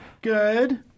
Good